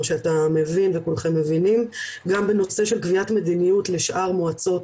שאתה מבין וכולכם מבינים גם בנושא של קביעת מדיניות לשאר מועצות,